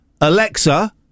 Alexa